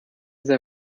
sei